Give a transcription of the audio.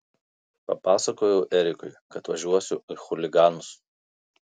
papasakojau erikui kad važiuosiu į chuliganus